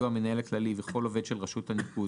יהיו המנהל הכללי וכל עובד של רשות הניקוז